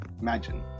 Imagine